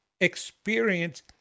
experience